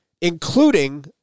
Including